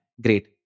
Great